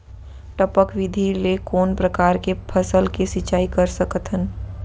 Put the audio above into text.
टपक विधि ले कोन परकार के फसल के सिंचाई कर सकत हन?